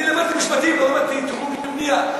אני למדתי משפטים, לא למדתי תכנון ובנייה.